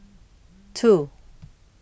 two